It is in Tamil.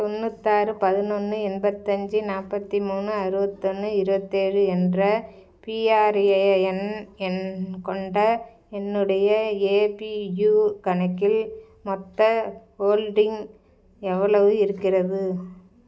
தொண்ணுத்தாறு பதினொன்று எண்பத்தஞ்சு நாற்பத்தி மூணு அறுபத்தொன்னு இருவத்தேழு என்ற பிஆர்ஏஎன் எண் கொண்ட என்னுடைய ஏபியூ கணக்கில் மொத்த ஹோல்டிங் எவ்வளவு இருக்கிறது